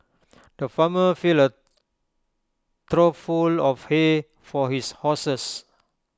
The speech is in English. the farmer filled A trough full of hay for his horses